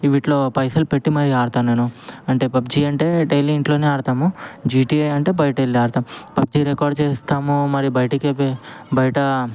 వీటిలో పైసలు పెట్టి మరీ ఆడతానేను అంటే పబ్జీ అంటే డైలీ ఇంట్లోనే ఆడతాము జీటీఏ అంటే బయటెళ్ళి ఆడతాము పబ్జీ రికార్డు చేస్తాము మరి బయటకే వి బయటా